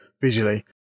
visually